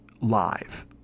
live